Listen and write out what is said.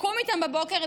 לקום איתם בבוקר,